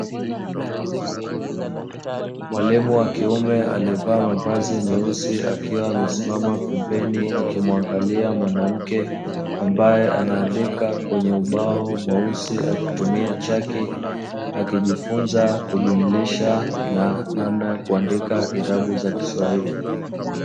Mwalimu wa kiume aliyevaa mavazi meusi akiwa amesimama pembeni, akimwangalia mwanamke ambaye anaandika kwenye ubao mweusi akitumia chaki akijifunza kujumlisha na namna ya kuandika irabu za kiswahili.